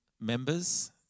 members